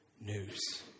news